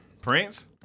Prince